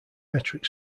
metric